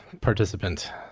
participant